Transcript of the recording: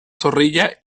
zorrilla